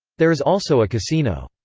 there is also a casino.